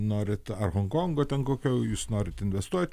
norit ar honkongo ten kokio jūs norit investuot